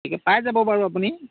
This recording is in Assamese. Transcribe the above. গতিকে পাই যাব বাৰু আপুনি